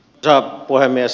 arvoisa puhemies